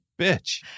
bitch